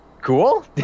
cool